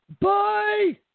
Bye